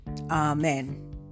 amen